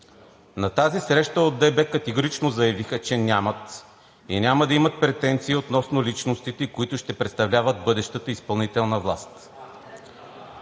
На тази среща от ДБ категорично заявиха, че нямат и няма да имат претенции относно личностите, които ще представляват бъдещата изпълнителна власт.